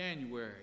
January